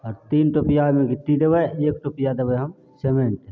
आओर तीन टोपिआ ओहिमे गिट्टी देबै एक टोपिआ देबै हम सिमेन्ट